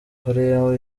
korea